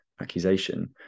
accusation